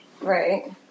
Right